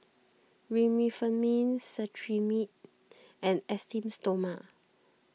Remifemin Cetrimide and Esteem Stoma